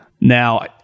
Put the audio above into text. Now